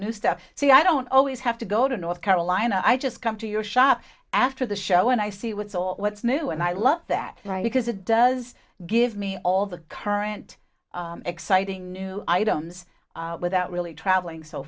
new stuff so i don't always have to go to north carolina i just come to your show after the show and i see what's all what's new and i love that right because it does give me all the current exciting new items without really travelling so